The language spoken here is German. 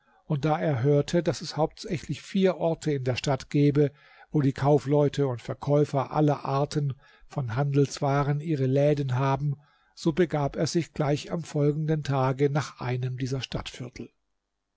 und da er hörte daß es hauptsächlich vier orte in der stadt gebe wo die kaufleute und verkäufer aller arten von handelswaren ihre läden haben so begab er sich gleich am folgenden tage nach einem dieser stadtviertel